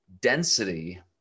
density